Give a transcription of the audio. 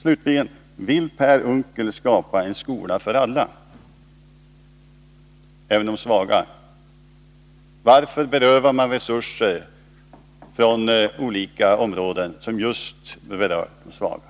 Slutligen: Vill Per Unckel skapa en skola för alla, även för de svaga? Varför tar ni från olika områden bort resurser som berör just de svaga?